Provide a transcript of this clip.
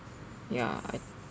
ya I